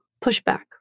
Pushback